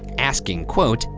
asking, quote,